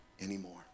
anymore